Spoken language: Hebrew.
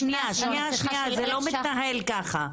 שנייה, שנייה, זה לא מתנהל ככה.